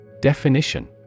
Definition